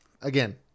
Again